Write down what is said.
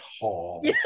Hall